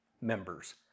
members